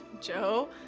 Joe